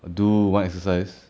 I do one exercise